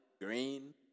green